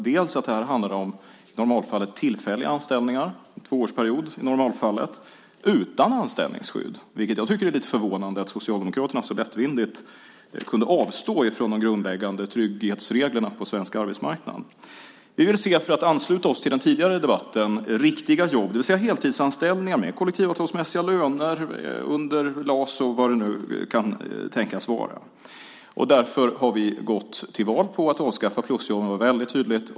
Det handlade i normalfallet om tillfälliga anställningar i tvåårsperioder utan anställningsskydd. Det är lite förvånande att Socialdemokraterna så lättvindigt kunde avstå från de grundläggande trygghetsreglerna på svensk arbetsmarknad. Vi vill se riktiga jobb, för att ansluta till den tidigare debatten. Det är heltidsanställningar med kollektivavtalsmässiga löner under LAS och vad det nu kan tänkas vara. Därför har vi gått till val på att avskaffa plusjobben. Det var väldigt tydligt.